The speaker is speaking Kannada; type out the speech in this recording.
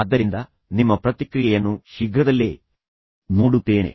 ಆದ್ದರಿಂದ ನಿಮ್ಮ ಪ್ರತಿಕ್ರಿಯೆಯನ್ನು ಶೀಘ್ರದಲ್ಲೇ ನೋಡುತ್ತೇನೆ